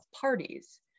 parties